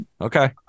Okay